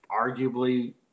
arguably